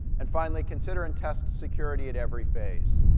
and finally, consider and test security at every phase.